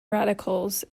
radicals